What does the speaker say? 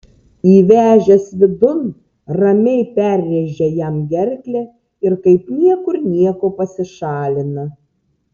įvežęs vidun ramiai perrėžia jam gerklę ir kaip niekur nieko pasišalina